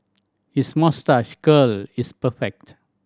his moustache curl is perfect